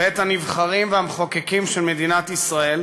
בית הנבחרים והמחוקקים של מדינת ישראל,